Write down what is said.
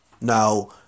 Now